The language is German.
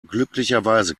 glücklicherweise